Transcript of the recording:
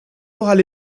moral